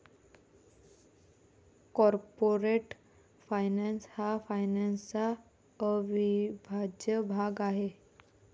corporate finance हा फायनान्सचा अविभाज्य भाग आहे